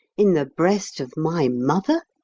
in the breast of my mother!